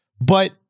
But-